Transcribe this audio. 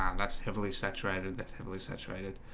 um that's heavily saturated. that's heavily saturated